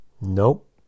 Nope